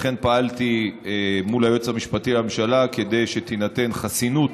לכן פעלתי מול היועץ המשפטי לממשלה כדי שתינתן חסינות